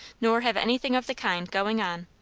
nor have anything of the kind going on.